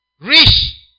rich